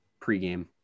pregame